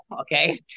okay